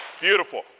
Beautiful